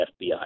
FBI